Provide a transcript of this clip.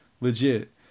Legit